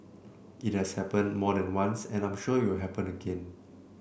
it has happened more than once and I'm sure it will happen again